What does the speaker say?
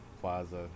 Plaza